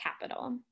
capital